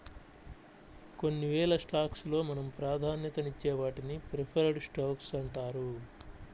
కొన్నివేల స్టాక్స్ లో మనం ప్రాధాన్యతనిచ్చే వాటిని ప్రిఫర్డ్ స్టాక్స్ అంటారు